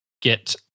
get